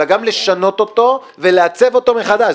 אלא גם לשנות אותו ולעצב אותו מחדש.